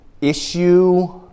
Issue